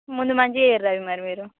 ముందు మంచిగా చేయుర్రి అవి మరి మీరు